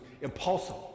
impulsive